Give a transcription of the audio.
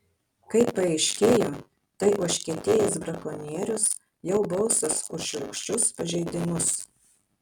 kaip paaiškėjo tai užkietėjęs brakonierius jau baustas už šiurkščius pažeidimus